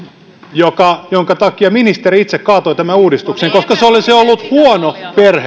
jonka takia ministeri itse kaatoi tämän uudistuksen koska se olisi ollut huono perheille